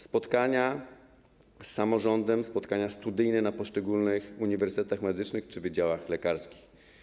Są spotkania z samorządem, spotkania studyjne na poszczególnych uniwersytetach medycznych czy wydziałach lekarskich.